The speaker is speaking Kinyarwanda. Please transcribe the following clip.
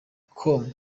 com